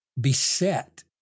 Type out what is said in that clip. beset